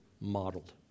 modeled